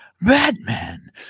Batman